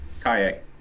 kayak